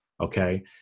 Okay